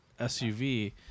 SUV